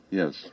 yes